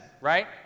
right